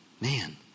man